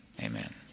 amen